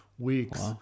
Weeks